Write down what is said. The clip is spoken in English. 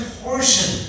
portion